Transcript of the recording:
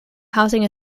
housing